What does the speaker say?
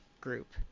group